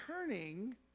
turning